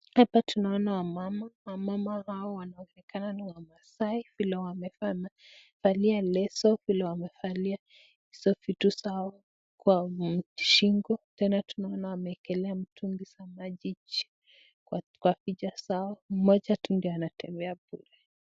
Hapa tunaona wamama. Wamama hao wanaonekana ni wamasai vile wamevaa na kuvalia leso, vile wamevalia hizo vitu zao kwenye shingo. Tena tunaona wameekelea mitungi za maji juu kwa vichwa zao, mmoja tu ndiye anatembea bure.